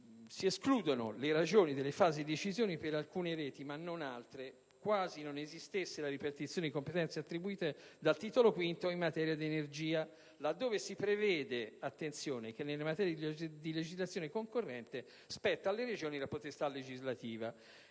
Si escludono le Regioni dalla fase di decisione per alcune reti ma non per altre, quasi non esistesse la ripartizione di competenze attribuite dal Titolo V in materia di energia, laddove si prevede - attenzione - che nelle materie di legislazione concorrente spetti alle Regioni la potestà legislativa.